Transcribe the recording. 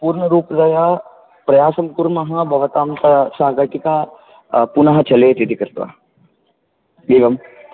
पूर्णरूपेण वा प्रयासं कुर्मः भवतां सा सा घटिका पुनः चलेदिति कृत्वा एवं